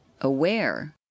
aware